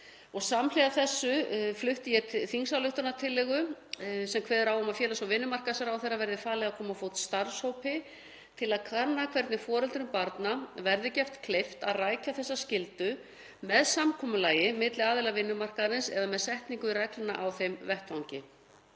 Samhliða þessu flutti ég þingsályktunartillögu sem kveður á um að félags- og vinnumarkaðsráðherra verði falið að koma á fót starfshópi til að kanna hvernig foreldrum barna verði gert kleift að rækja þessa skyldu með samkomulagi milli aðila vinnumarkaðarins eða með setningu reglna á þeim vettvangi.